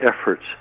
efforts